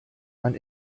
man